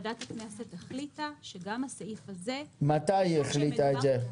ועדת הכנסת החליטה שגם הסעיף הזה --- מתי היא החליטה את זה?